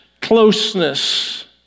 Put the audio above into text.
closeness